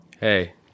Hey